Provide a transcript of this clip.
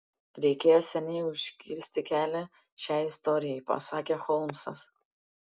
reikėjo seniai užkirsti kelią šiai istorijai pasakė holmsas